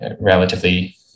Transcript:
relatively